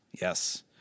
Yes